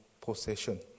possession